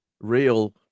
real